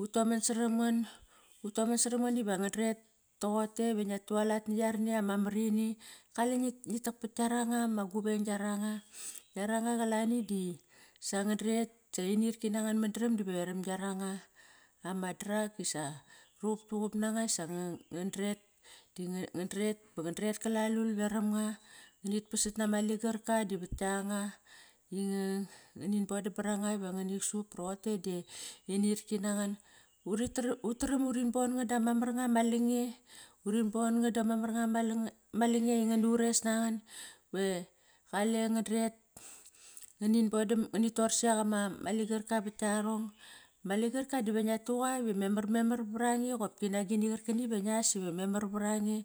ut toman saram ngan Utoman saram ngan iva ngandret toqote ive ngia tualat narani ama mar ini. Kale ngit tak pat kiaranga ma guveng kiaranga. Yaranga qalani di sa ngandret, sa inirki nangan mandram da veram kiaranga. Ama drag disa ruqup tuqup nanga sa ngan dret, da ngan dret ba ngan dret kalalul veram nga. Ngit pasat nama ligarka di vat kianga. Nganit bodam baranga va nganit sup. Roqote di inirki na ngan. Utram urit bon ngan dama mar nga ma lange. Urin bon-ngan dama mar nga ma lange. Ngan ures nangan. Ba qale ngan dret nganian bodam, ngani tor siak ama ligarka vat kiarong. Me ligarka dive ngia tuqa ive memar, memar varange qopki ngani qar kani va ngias ive memar varange.